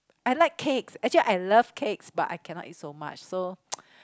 I like cakes actually I love cakes but I cannot eat so much so